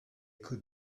could